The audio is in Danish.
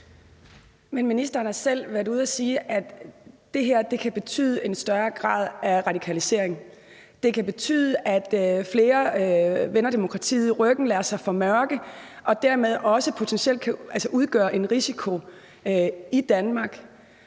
Men ministeren har selv været ude at sige, at det her kan betyde en større grad af radikalisering. Det kan betyde, at flere vender demokratiet ryggen, lader sig formørke og dermed også potentielt kan udgøre en risiko i Danmark.